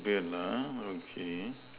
beard (uh huh) okay